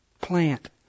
plant